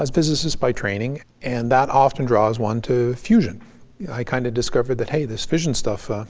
ah physicist by training, and that often draws one to fusion. i kind of discovered that, hey, this fission stuff,